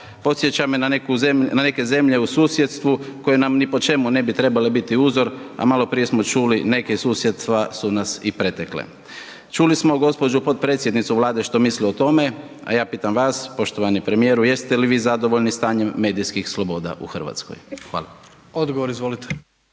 podsjeća me na neke zemlje u susjedstvu koje nam ni po čemu ne bi trebale biti uzor, a maloprije smo čuli, neka susjedstva su nas i pretekle. Čuli smo gđu. potpredsjednicu Vlade što misli o tome, a ja pitam vas poštovani premijeru jeste li vi zadovoljni stanjem medijskih sloboda u RH?